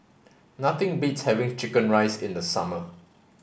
nothing beats having chicken rice in the summer